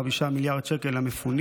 שבימים אלה מגיע טופס מהמדינה,